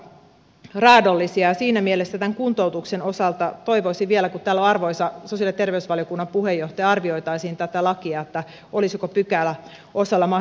nämä luvut ovat aika raadollisia ja siinä mielessä tämän kuntoutuksen osalta toivoisin vielä kun täällä on arvoisa sosiaali ja terveysvaliokunnan puheenjohtaja että arvioitaisiin tätä lakia että olisiko pykäläosalla mahdollisuus näitä täyttää